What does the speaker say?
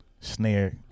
snare